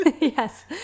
Yes